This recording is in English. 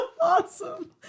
awesome